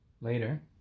later